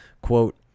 quote